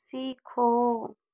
सीखो